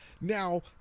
Now